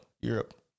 Europe